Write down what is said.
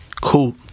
Cool